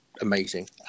amazing